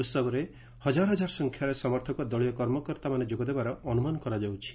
ଉହବରେ ହଜାର ହଜାର ସଂଖ୍ୟାରେ ସମର୍ଥକ ଓ ଦଳୀୟ କର୍ମକର୍ତ୍ତା ଯୋଗଦେବାର ଅନୁମାନ କରାଯାଉଛି